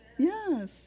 Yes